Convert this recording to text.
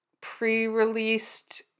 pre-released